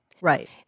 right